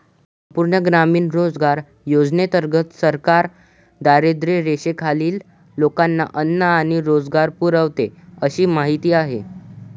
संपूर्ण ग्रामीण रोजगार योजनेंतर्गत सरकार दारिद्र्यरेषेखालील लोकांना अन्न आणि रोजगार पुरवते अशी माहिती आहे